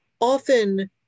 often